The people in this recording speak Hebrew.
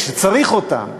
כשצריך אותם.